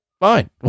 Fine